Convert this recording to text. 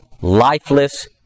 lifeless